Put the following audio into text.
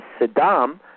Saddam